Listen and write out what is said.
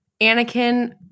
Anakin